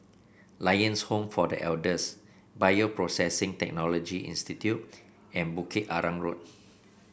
Lions Home for The Elders Bioprocessing Technology Institute and Bukit Arang Road